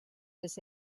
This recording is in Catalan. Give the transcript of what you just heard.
les